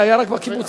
זה היה רק בקיבוצים,